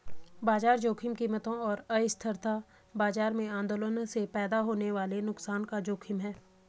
बाजार जोखिम कीमतों और अस्थिरता बाजार में आंदोलनों से पैदा होने वाले नुकसान का जोखिम है